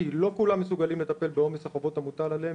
כי לא כולם מסוגלים לטפל בעומס החובות המוטל עליהם,